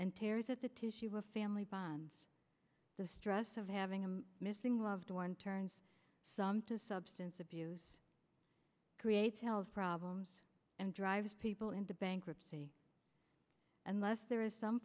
and tears at the tissue a family bond the stress of having a missing loved one turns some to substance abuse creates health problems and drives people into bankruptcy unless there is some